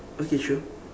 okay sure